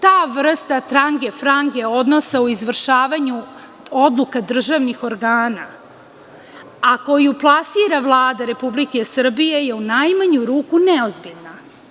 Ta vrsta trange-frange odnosa u izvršavanju odluka državnih organa, a koju plasira Vlada Republike Srbije, je u najmanju ruku neozbiljna.